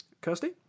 Kirsty